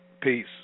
Peace